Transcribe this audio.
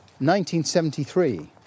1973